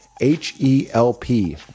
H-E-L-P